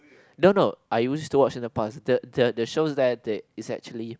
no no I used to watch in the past the the shows that they is actually